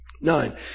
Nine